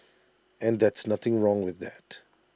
and that's nothing wrong with that